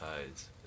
tides